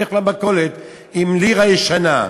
לך למכולת עם לירה ישנה,